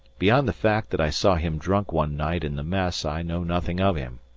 beyond the fact that i saw him drunk one night in the mess i know nothing of him.